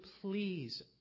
please